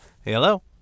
hello